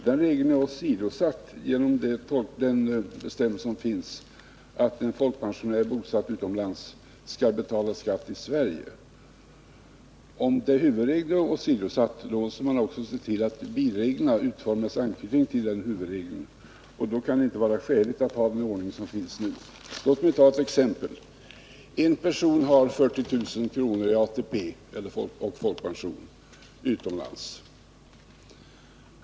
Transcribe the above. Den regeln är åsidosatt genom den bestämmelse som finns att en folkpensionär bosatt utomlands skall betala skatt i Sverige. Om huvudregeln är åsidosatt, skall man se till att bireglerna utformas i anknytning till den huvudregeln. Då kan det inte vara skäligt att ha den ordning som gäller nu. Låt mig ta ett exempel. En person har 40 000i ATP och folkpension.